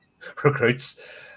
recruits